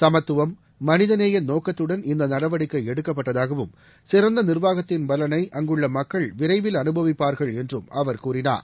சமத்துவம் மனிதநேய நோக்கத்துடன் இந்த நடவடிக்கை எடுக்கப்பட்டதாகவும் சிறந்த நிர்வாகத்தின் பலனை அங்குள்ள மக்கள் விரைவில் அனுபவிப்பார்கள் என்றும் அவர் கூறினார்